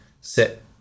sit